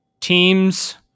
teams